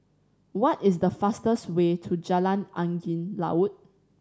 what is the fastest way to Jalan Angin Laut